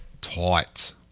Tight